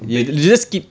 a bit